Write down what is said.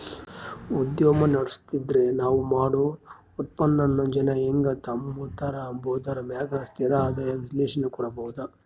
ಉದ್ಯಮ ನಡುಸ್ತಿದ್ರ ನಾವ್ ಮಾಡೋ ಉತ್ಪನ್ನಾನ ಜನ ಹೆಂಗ್ ತಾಂಬತಾರ ಅಂಬಾದರ ಮ್ಯಾಗ ಸ್ಥಿರ ಆದಾಯ ವಿಶ್ಲೇಷಣೆ ಕೊಡ್ಬೋದು